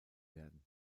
werden